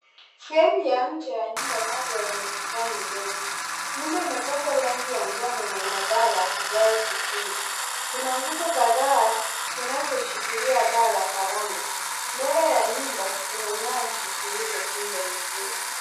Sehemu ya nje ya nyumba moja yenye bustani ndogo. Nyumba imepakwa rangi ya njano na ina paa la vigae vikuu. Kuna nguzo kadhaa zinazoshikilia paa la varanda. Mbele ya nyumba kuna nyasi zilizotunzwa vizuri.